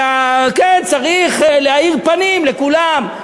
שצריך להאיר פנים לכולם,